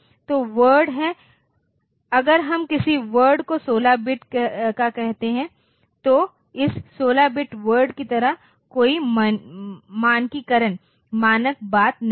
तो वर्ड है अगर हम किसी वर्ड को 16 बिट का कहते हैं तो इस 16 बिट वर्ड की तरह कोई मानकीकरण मानक बात नहीं है